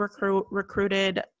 recruited